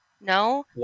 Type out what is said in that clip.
No